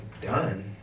done